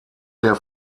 der